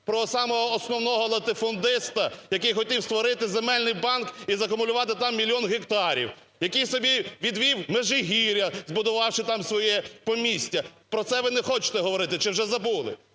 про самого основного латифундиста, який хотів створити земельний банк і закумулювати там мільйон гектарів, який собі відвів Межигір'я, збудувавши там своє помістя, про це ви не хочете говорити чи вже забули.